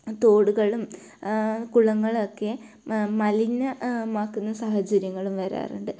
തോടുകളും കുളങ്ങളൊക്കെ മലിനമാക്കുന്ന സാഹചര്യങ്ങളും വാരാറുണ്ട്